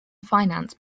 finance